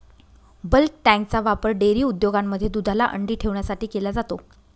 bulk टँकचा वापर dairy उद्योगांमध्ये दुधाला थंडी ठेवण्यासाठी केला जातो